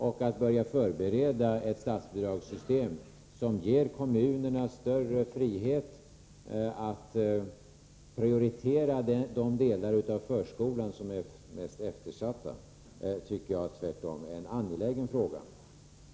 Då kan vi börja förbereda ett statsbidragssystem som ger kommunerna större frihet att prioritera de delar av förskolan som är mest eftersatta.